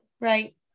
Right